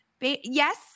yes